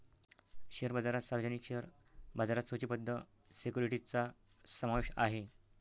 share बाजारात सार्वजनिक share बाजारात सूचीबद्ध सिक्युरिटीजचा समावेश आहे